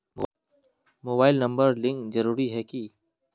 Mobile number link जरुरी कुंसम है की?